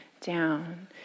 down